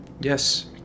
Yes